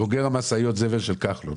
הרשויות המקומיות.